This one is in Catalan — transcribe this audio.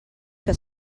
que